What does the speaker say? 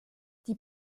die